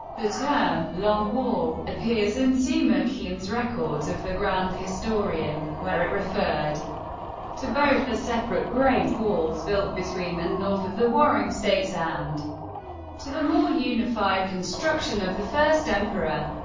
the term long wall appears in sima qian's records of the grand historian, where it referred to both the separate great walls built between and north of the warring states and to the more unified construction of the first emperor.